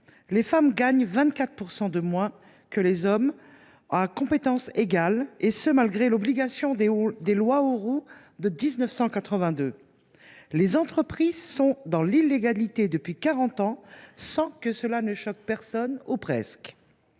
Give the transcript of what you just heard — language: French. les femmes gagnent 24 % de moins que les hommes, à compétences égales, et ce malgré les obligations instaurées par les lois Auroux de 1982. Les entreprises sont dans l’illégalité depuis quarante ans sans que cela choque personne, ou presque.